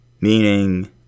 Meaning